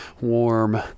warm